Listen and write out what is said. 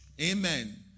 Amen